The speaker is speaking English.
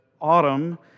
Autumn